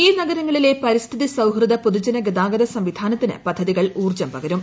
ഈ നഗരങ്ങളിലെ പരിസ്ഥിതി സൌഹൃദ പൊതുജന ഗതാഗത സംവിധാനത്തിന് പദ്ധതികൾ ഊർജ്ജം പകരും